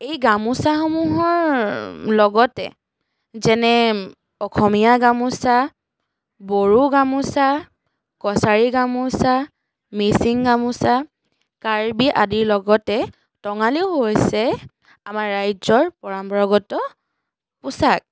এই গামোচাসমূহৰ লগতে যেনে অসমীয়া গামোচা বড়ো গামোচা কছাৰী গামোচা মিচিং গামোচা কাৰ্বি আদি লগতে টঙালিও হৈছে আমাৰ ৰাজ্যৰ পৰম্পৰাগত পোছাক